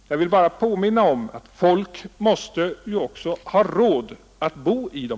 Jag vill bara påminna om att folk också måste ha råd att bo i dem.